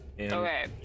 Okay